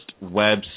web